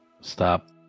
Stop